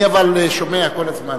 אני אבל שומע כל הזמן.